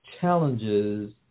challenges